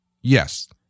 Yes